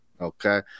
okay